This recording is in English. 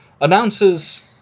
announces